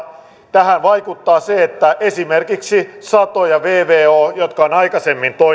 tähän vaikuttaa se että esimerkiksi sato ja vvo jotka ovat aikaisemmin